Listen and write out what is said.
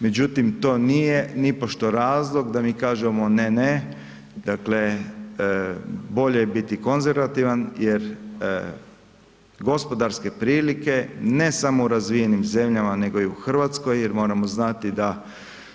Međutim, to nije nipošto razlog da mi kažemo ne, ne, dakle bolje je biti konzervativan jer gospodarske prilike ne samo u razvijenim zemljama nego i u Hrvatskoj jer moramo znati da